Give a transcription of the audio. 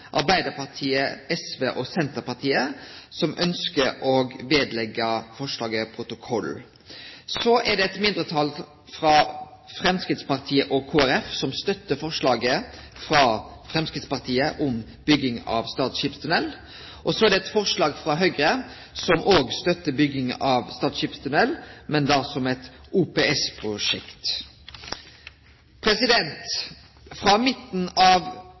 Arbeidarpartiet, SV og Senterpartiet – som ønskjer å leggje forslaget ved møteboka. Så er det eit mindretal – Framstegspartiet og Kristeleg Folkeparti – som stør forslaget frå Framstegspartiet om bygging av Stad skipstunnel. Og det er eit forslag frå Høgre, som òg stør bygging av Stad skipstunnel, men då som eit OPS-prosjekt. Frå midten av